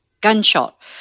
gunshot